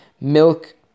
milk